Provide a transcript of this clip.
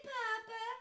papa